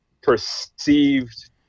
perceived